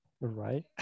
right